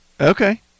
Okay